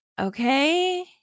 okay